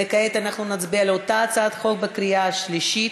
וכעת אנחנו נצביע על אותה הצעת חוק בקריאה השלישית.